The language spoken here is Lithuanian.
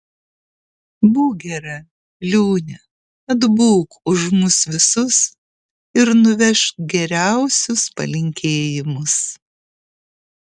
būk gera liūne atbūk už mus visus ir nuvežk geriausius palinkėjimus